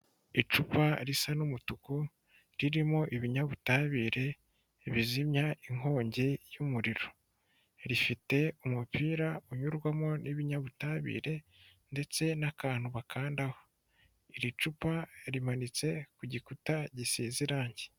Icupa risa n'umutuku ririmo ibinyabutabire bizimya inkongi y'umuriro; rifite umupira unyurwamo n'ibinyabutabire ndetse n'akantu bakandaho; iri cupa rimanitse ku gikuta gisize irangi.